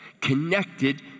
connected